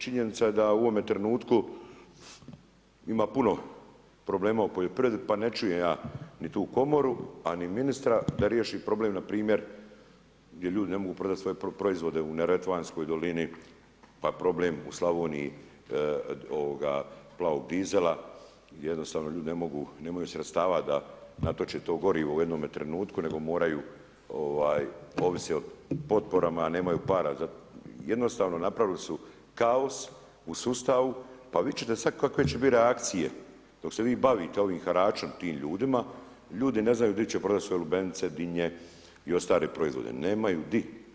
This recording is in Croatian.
Činjenica je da u ovome trenutku ima puno problema u poljoprivredi pa ne čujem ja ni tu komoru, a ni ministra da riješi problem npr. gdje ljudi ne mogu prodat svoje proizvode u Neretvanskoj dolini, pa problem u Slavoniji plavog dizela, jednostavno ljudi nemaju sredstava da natoče to gorivo u jednome trenutku, nego moraju ovisiti o potporama, a nemaju para, jednostavno napravili su kaos u sustavu pa vidjet ćete sad kakve će bit reakcije dok se vi bavite ovim haračom, tim ljudima, ljudi ne znaju di će prodati svoje lubenice, dinje i ostale proizvode, nemaju di.